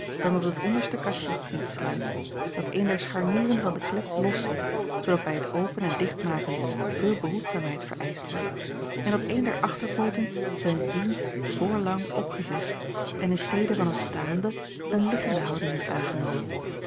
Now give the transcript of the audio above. dan dat het onderste kastje niet sluit dat een der scharnieren van de klep loszit zoodat bij het open en dichtmaken veel behoedzaamheid vereischt wordt en dat een der achterpooten zijn dienst voorlang opgezegd en in stede van een staande een liggende houding heeft aangenomen